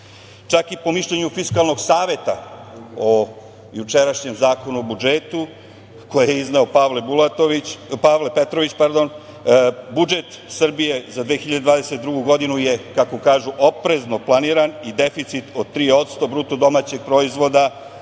i po mišljenju Fiskalnog saveta o jučerašnjem Zakonu o budžetu, koji je izneo Pavle Petrović, budžet Srbije za 2022. godinu je, kako kažu, oprezno planiran i deficit od 3% BDP, odnosno